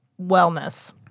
wellness